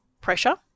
pressure